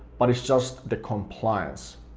but it's just the compliance.